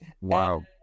Wow